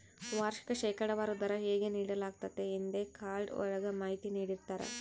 ವಾರ್ಷಿಕ ಶೇಕಡಾವಾರು ದರ ಹೇಗೆ ನೀಡಲಾಗ್ತತೆ ಎಂದೇ ಕಾರ್ಡ್ ಒಳಗ ಮಾಹಿತಿ ನೀಡಿರ್ತರ